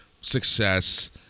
success